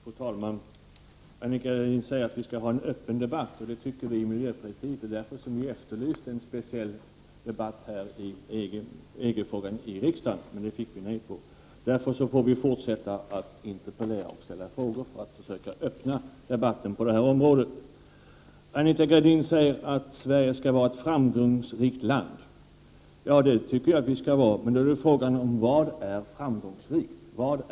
Fru talman! Anita Gradin säger att vi skall ha en öppen debatt. Det tycker vi i miljöpartiet också, och det är därför vi efterlyst en speciell debatt i riksdagen om EG-frågorna. Vi kommer därför att fortsätta att interpellera och ställa frågor för att försöka öppna debatten på detta område. Anita Gradin säger att Sverige skall vara ett framgångsrikt land. Ja, det tycker jag också, men då är frågan: Vad är framgång?